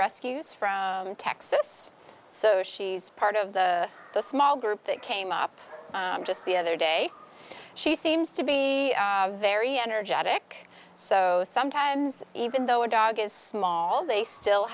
rescues from texas so she's part of the the small group that came up just the other day she seems to be very energetic so sometimes even though a dog is small they still